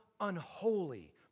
unholy